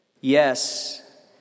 Yes